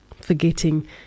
forgetting